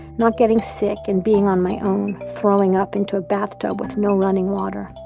not getting sick and being on my own, throwing up into a bathtub with no running water.